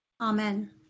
Amen